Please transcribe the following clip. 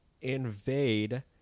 invade